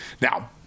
Now